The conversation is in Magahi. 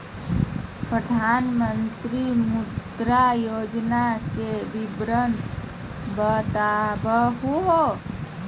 प्रधानमंत्री मुद्रा योजना के विवरण बताहु हो?